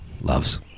loves